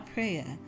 Prayer